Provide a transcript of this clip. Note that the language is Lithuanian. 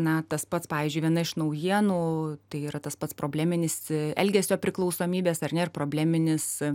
na tas pats pavyzdžiui viena iš naujienų tai yra tas pats probleminis elgesio priklausomybės ar ne ir probleminis